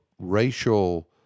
racial